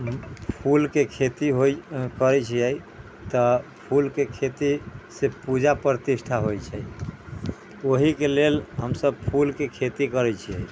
फूल के खेती होइ करै छियै तऽ फूल के खेती से पूजा प्रतिष्ठा होइ छै ओहि के लेल हमसभ फूल के खेती करै छियै